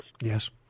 Yes